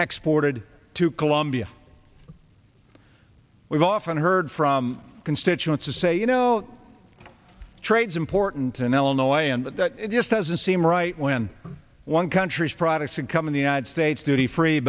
exploited to colombia we've often heard from constituents to say you know trades important in illinois and it just doesn't seem right when one country's products that come in the united states duty free